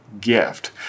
gift